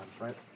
right